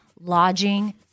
lodging